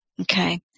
Okay